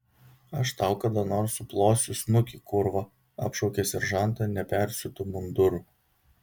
aš tau kada nors suplosiu snukį kurva apšaukė seržantą nepersiūtu munduru